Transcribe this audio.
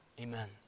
Amen